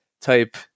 type